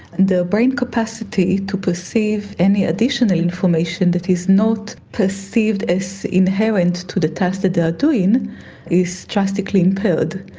and the brain capacity to perceive any additional information that is not perceived as inherent to the task that they are doing is drastically impaired.